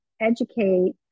educate